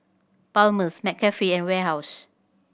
Palmer's McCafe and Warehouse